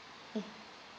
mm